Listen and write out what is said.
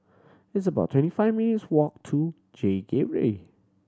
it's about twenty five minutes' walk to J Gateway